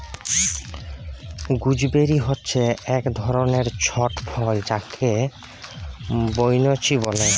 gooseberry হচ্যে এক ধরলের ছট ফল যাকে বৈনচি ব্যলে